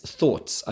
thoughts